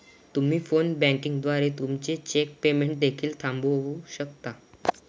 तुम्ही phone banking द्वारे तुमचे चेक पेमेंट देखील थांबवू शकता